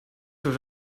wird